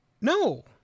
No